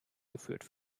geführt